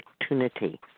opportunity